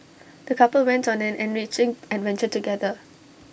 the couple went on an enriching adventure together